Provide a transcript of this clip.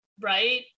Right